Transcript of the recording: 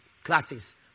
Classes